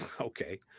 Okay